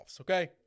Okay